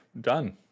done